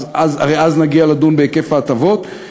הרי אז נגיע לדון בהיקף ההטבות,